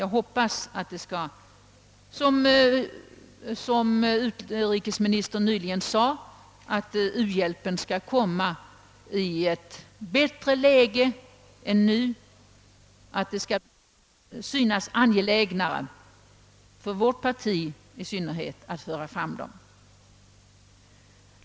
Jag hoppas det skall bli som utrikesministern nyligen sade, nämligen att u-hjälpen skall komma i ett bättre läge än nu, att det skall synas angelägnare — i synnerhet för vårt parti — att föra fram u-länderna.